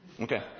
Okay